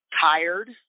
tired